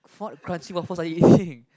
what crunchy waffles are you eating